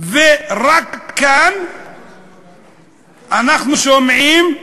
ורק כאן אנחנו שומעים: